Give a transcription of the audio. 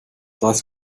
weiß